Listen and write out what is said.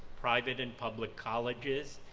private and public colleges,